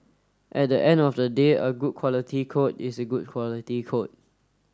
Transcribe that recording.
at the end of the day a good quality code is a good quality code